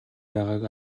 байгааг